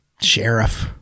sheriff